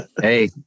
hey